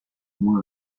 moins